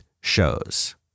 shows